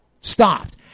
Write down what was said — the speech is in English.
stopped